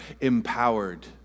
empowered